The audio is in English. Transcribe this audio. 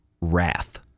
wrath